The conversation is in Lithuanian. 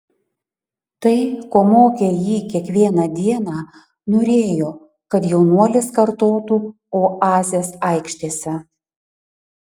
tai ko mokė jį kiekvieną dieną norėjo kad jaunuolis kartotų oazės aikštėse